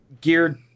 geared